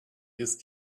ist